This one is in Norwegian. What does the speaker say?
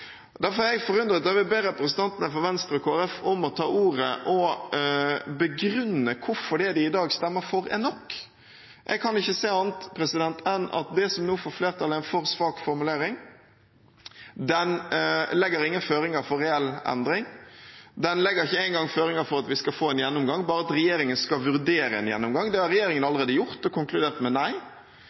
Derfor er jeg forundret, og jeg vil be representantene fra Venstre og Kristelig Folkeparti om å ta ordet og begrunne hvorfor det de i dag stemmer for, er nok. Jeg kan ikke se annet enn at det som nå får flertall, er en for svak formulering. Den legger ingen føringer for reell endring. Den legger ikke engang føringer for at vi skal få en gjennomgang, bare at regjeringen skal vurdere en gjennomgang. Det har regjeringen allerede gjort og konkludert med nei.